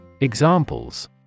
Examples